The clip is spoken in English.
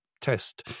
test